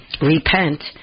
Repent